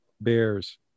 Bears